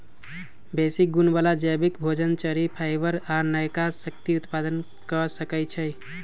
बेशी गुण बला जैबिक भोजन, चरि, फाइबर आ नयका शक्ति उत्पादन क सकै छइ